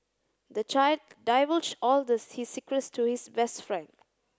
the child divulged all the his secrets to his best friend